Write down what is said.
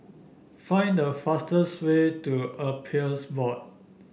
find the fastest way to Appeals Board